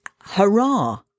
hurrah